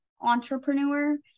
entrepreneur